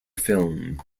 film